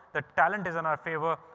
the talent is in our favor.